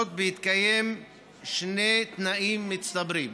בהתקיים שני תנאים מצטברים: